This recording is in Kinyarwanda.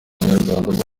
abanyarwanda